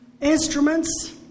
instruments